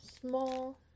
small